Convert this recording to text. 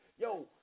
Yo